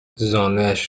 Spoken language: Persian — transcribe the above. زانویش